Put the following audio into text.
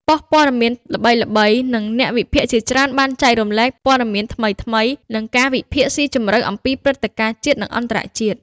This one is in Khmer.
ប៉ុស្តិ៍ព័ត៌មានល្បីៗ និងអ្នកវិភាគជាច្រើនបានចែករំលែកព័ត៌មានថ្មីៗ និងការវិភាគស៊ីជម្រៅអំពីព្រឹត្តិការណ៍ជាតិ និងអន្តរជាតិ។